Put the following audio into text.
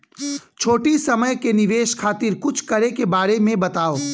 छोटी समय के निवेश खातिर कुछ करे के बारे मे बताव?